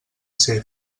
ser